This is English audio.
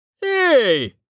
Hey